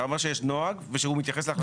אתה אומר שיש נוהג ושהוא מתייחס להחלטות.